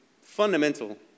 fundamental